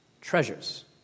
treasures